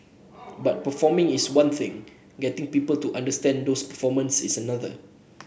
but performing is one thing getting people to understand those performances is another